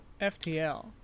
ftl